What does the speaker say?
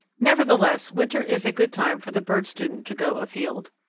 nevertheless winter is a good time for the bird student to go afield.